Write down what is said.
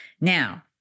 Now